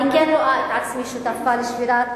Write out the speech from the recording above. אני כן רואה את עצמי שותפה לשבירת